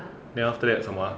then after that 什么 uh